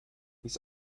bis